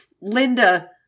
Linda